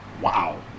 Wow